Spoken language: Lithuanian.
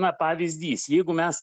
na pavyzdys jeigu mes